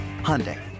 Hyundai